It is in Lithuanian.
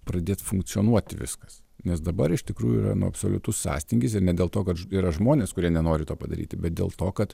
pradėt funkcionuoti viskas nes dabar iš tikrųjų yra nu absoliutus sąstingis ir ne dėl to kad yra žmonės kurie nenori to padaryti bet dėl to kad